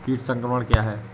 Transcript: कीट संक्रमण क्या है?